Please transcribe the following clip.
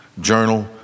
journal